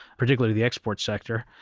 particularly the export sector.